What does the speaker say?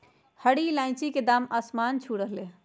हरी इलायची के दाम आसमान छू रहलय हई